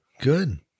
Good